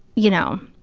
you know,